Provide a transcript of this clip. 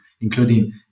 including